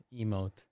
emote